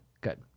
good